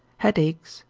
headache,